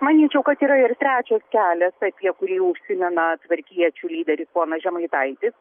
manyčiau kad yra ir trečias kelias apie kurį užsimena tvarkiečių lyderis ponas žemaitaitis